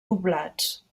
poblats